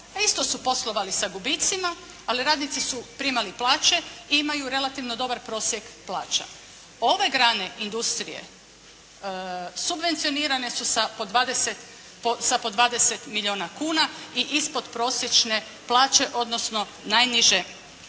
isto su poslovali sa gubicima, ali radnici su primali plaće i imaju relativno dobar prosjek plača. Ove grane industrije subvencionirane su sa po 20 milijuna kuna i ispod prosječne plaće, odnosno najniže plaće